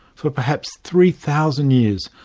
for perhaps three thousand years,